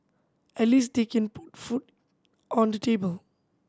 at least they can put food on the table